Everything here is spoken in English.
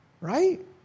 Right